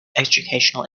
educational